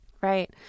Right